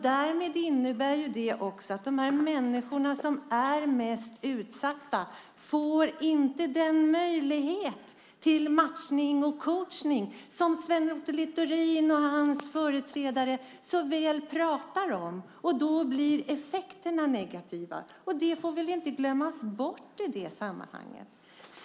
Det innebär att de människor som är mest utsatta inte får den möjlighet till matchning och coachning som Sven Otto Littorin och hans företrädare pratar så väl om. Då blir effekterna negativa. Det får inte glömmas bort i det sammanhanget.